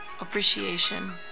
appreciation